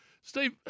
Steve